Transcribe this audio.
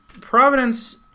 Providence